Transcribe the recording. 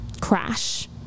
crash